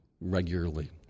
regularly